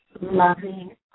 loving